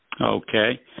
Okay